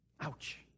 Ouch